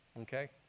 okay